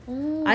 oh